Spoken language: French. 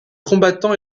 combattant